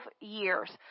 years